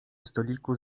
stoliku